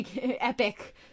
epic